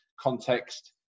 context